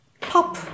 pop